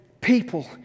people